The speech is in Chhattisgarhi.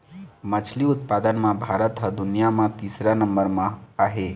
मछरी उत्पादन म भारत ह दुनिया म तीसरइया नंबर म आहे